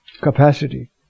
capacity